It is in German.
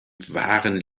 wahren